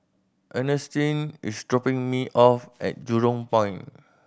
Ernestine is dropping me off at Jurong Point